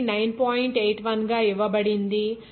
81 గా ఇవ్వబడింది మరియు h అనేది 0